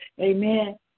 amen